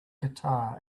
guitar